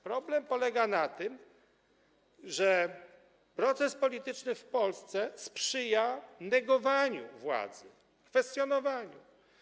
Problem polega na tym, że proces polityczny w Polsce sprzyja negowaniu władzy, kwestionowaniu.